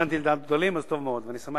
כיוונתי לדעת גדולים, אז טוב מאוד ואני שמח.